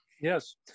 Yes